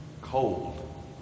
cold